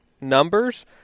numbers